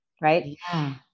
Right